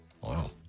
Wow